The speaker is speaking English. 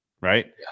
right